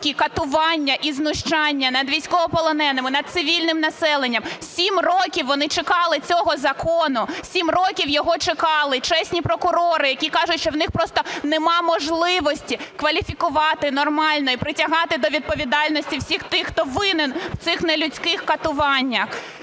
катування і знущання над військовополоненими, над цивільним населенням. 7 років вони чекали цього закону. 7 років його чекали чесні прокурори, які кажуть, що у них просто нема можливості кваліфікувати нормально і притягати до відповідальності всіх тих, хто винен в цих нелюдських катуваннях.